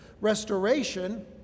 restoration